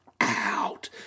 Out